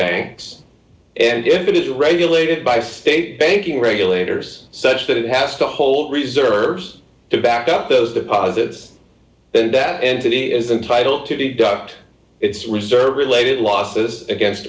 banks and if it is regulated by state banking regulators such that it has to hold reserves to back up those deposits and that entity is entitle to deduct its reserve related losses against